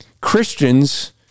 Christians